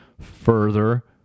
further